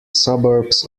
suburbs